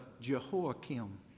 Jehoiakim